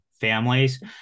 families